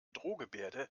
drohgebärde